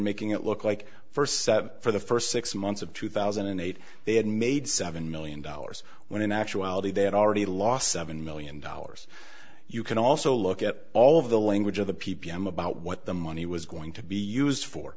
making it look like firsts for the first six months of two thousand and eight they had made seven million dollars when in actuality they had already lost seven million dollars you can also look at all of the language of the p p m about what the money was going to be used for